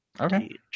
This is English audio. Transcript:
Okay